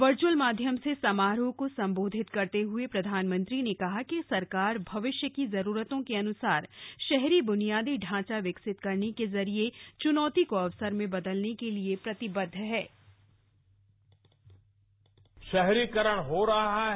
virtual माध्यम से समारोह को संबोधित करते हए प्रधानमंत्री ने कहा कि सरकार भविष्य की जरूरतों के अन्सार शहरी ब्नियादी ढांचा विकसित करने के जरिये च्नौती को अवसर में बदलने के लिए प्रतिबद्ध है